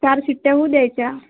चार शिट्ट्या होऊ द्यायच्या